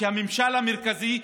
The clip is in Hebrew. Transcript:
שהממשל המרכזי,